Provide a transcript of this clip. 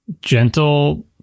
gentle